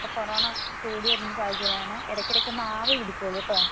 corona കൂടി വരുന്ന സാഹചര്യം ആണ് ഇടയ്ക്ക് ഇടയ്ക്ക് ഒന്ന് ആവി പിടിച്ചോളൂ കെട്ടോ